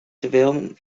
development